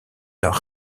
leurs